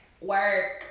work